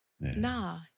Nah